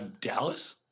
Dallas